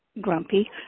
grumpy